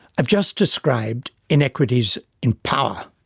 have just described inequities in power.